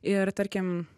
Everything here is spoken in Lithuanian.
ir tarkim